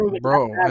Bro